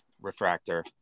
refractor